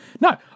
No